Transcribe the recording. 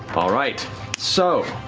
all right so,